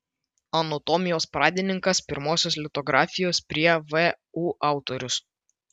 anatomijos pradininkas pirmosios litografijos prie vu autorius